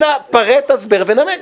אנא פרט, הסבר ונמק.